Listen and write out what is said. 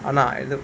ஆனா இது:aanaa ithu